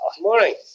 morning